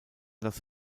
das